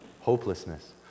Hopelessness